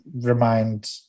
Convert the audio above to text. remind